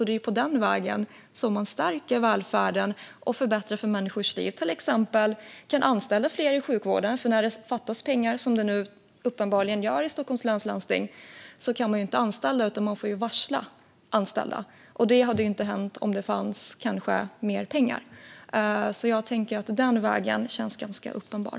Det är den vägen man stärker välfärden och förbättrar människors liv, till exempel kan anställa fler i sjukvården. När det fattas pengar, som det nu uppenbarligen gör i Stockholms läns landsting, kan man ju inte anställa utan får varsla anställda. Det hade inte hänt om det hade funnits mer pengar, så den vägen känns ganska uppenbar.